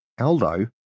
Aldo